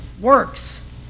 works